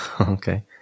Okay